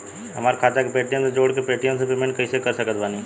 हमार खाता के पेटीएम से जोड़ के पेटीएम से पेमेंट कइसे कर सकत बानी?